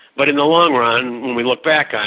but in the long run, when we look back on